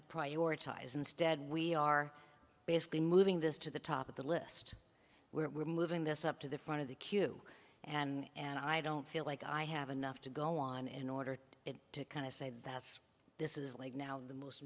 of prioritize instead we are basically moving this to the top of the list where we're moving this up to the front of the queue and i don't feel like i have enough to go on in order to kind of say that this is like now